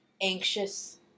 anxious